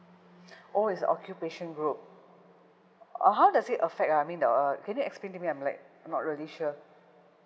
orh it's occupation group uh how does it affect ah I mean the can you explain to me I'm like I'm not really sure